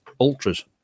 ultras